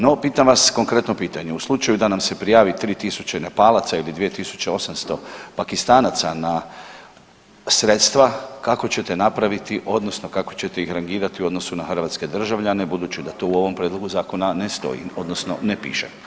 No, pitam vas konkretno pitanje, u slučaju da nam se prijavi 3000 Nepalaca ili 2800 Pakistanaca na sredstva kako ćete napraviti odnosno kako ćete ih rangirati u odnosu na hrvatske državljane budući da to u ovom prijedlogu zakona ne stoji odnosno ne piše.